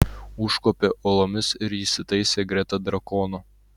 užkopė uolomis ir įsitaisė greta drakono